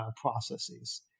processes